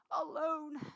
alone